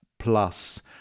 plus